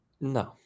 no